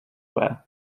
wear